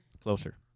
Closer